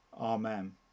Amen